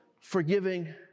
forgiving